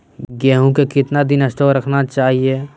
गेंहू को कितना दिन स्टोक रखना चाइए?